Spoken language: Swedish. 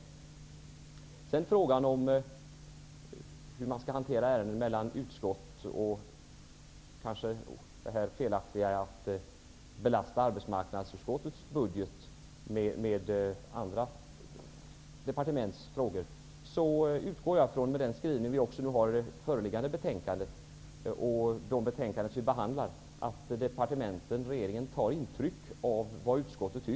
Beträffande frågan om hur man skall hantera ärenden mellan utskott och det kanske felaktiga i att belasta arbetsmarknadsutskottets budget med andra departements utgifter, utgår jag från att departementen och regeringen, med tanke på skrivningen i föreliggande betänkande och de betänkanden som vi behandlar, tar intryck av vad utskottet anser.